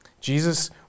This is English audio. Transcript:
Jesus